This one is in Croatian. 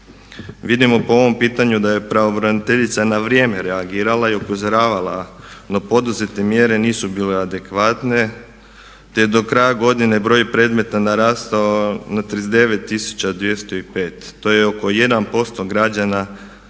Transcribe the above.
Vidimo po ovom pitanju da je pravobraniteljica na vrijeme reagirala i upozoravala da poduzete mjere nisu bile adekvatne, te je do kraja godine broj predmeta narastao na 39205. To je oko 1% građana